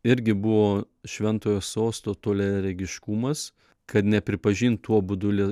irgi buvo šventojo sosto toliaregiškumas kad nepripažint tuo būdu li